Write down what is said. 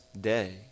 day